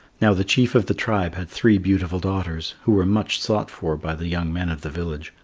now, the chief of the tribe had three beautiful daughters who were much sought for by the young men of the village,